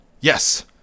Yes